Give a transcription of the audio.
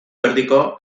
erdiko